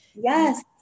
Yes